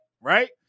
Right